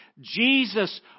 Jesus